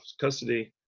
custody